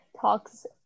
talks